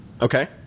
okay